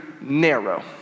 narrow